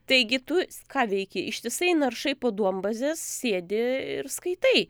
taigi tu ką veiki ištisai naršai po duombazes sėdi ir skaitai